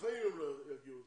בחיים הם לא יגיעו לדירה.